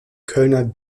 kölner